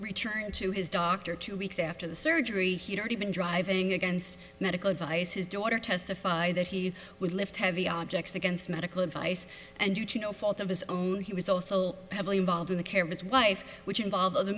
returned to his doctor two weeks after the surgery he'd already been driving against medical advice his daughter testified that he would lift heavy objects against medical advice and due to no fault of his own he was also heavily involved in the care of his wife which involved other